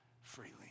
freely